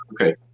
Okay